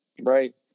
Right